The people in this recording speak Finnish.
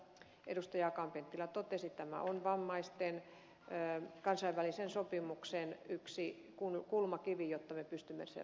akaan penttilä totesi tämä on vammaisten kansainvälisen sopimuksen yksi kulmakivi jotta me pystymme sen ratifioimaan